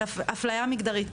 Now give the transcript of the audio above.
על אפליה מגדרית.